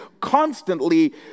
constantly